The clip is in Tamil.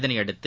இதையடுத்து